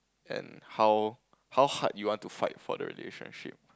and how how hard you want to fight for the relationship